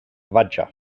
vaja